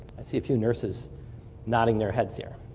i see a few nurses nodding their heads here.